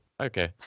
Okay